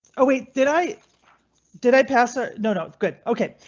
oh wait, did i did i pass ah no no good. ok,